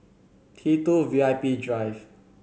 T Two V I P Drive